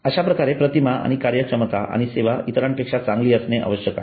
अश्याप्रकारे प्रतिमा आणि कार्यक्षमता आणि सेवा इतरांपेक्षा चांगली असणे आवश्यक आहे